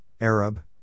Arab